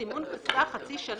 סימון קסדה חצי שנה?